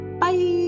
bye